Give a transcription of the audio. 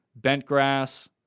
Bentgrass